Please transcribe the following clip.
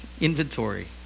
inventory